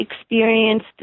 experienced